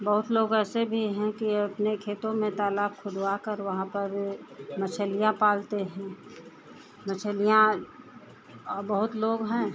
बहुत लोग ऐसे भी हैं कि अपने खेतों में तालाब खुदवाकर वहाँ पर मछलियाँ पालते हैं मछलियाँ बहुत लोग हैं